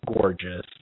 gorgeous